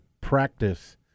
practice